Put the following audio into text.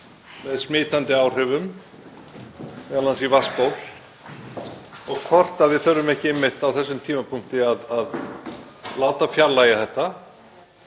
með smitandi áhrifum, m.a. í vatnsból, og hvort við þurfum ekki einmitt á þessum tímapunkti að láta fjarlægja þetta,